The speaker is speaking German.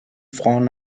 front